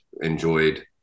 enjoyed